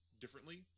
differently